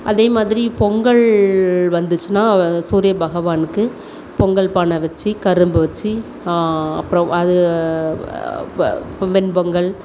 அதேமாதிரி பொங்கல் வந்துச்சுனால் சூரியபகவானுக்கு பொங்கல் பானை வச்சு கரும்பு வச்சு அப்புறம் அது வெண்பொங்கல்